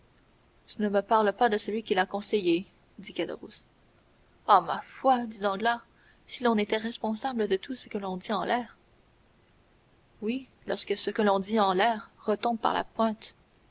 tu ne me parles pas de celui qui l'a conseillé dit caderousse ah ma foi dit danglars si l'on était responsable de tout ce que l'on dit en l'air oui lorsque ce que l'on dit en l'air retombe par la pointe